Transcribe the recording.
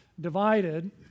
divided